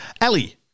Ellie